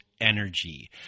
energy